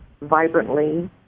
vibrantly